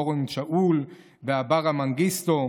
אורון שאול ואברה מנגיסטו,